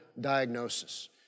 diagnosis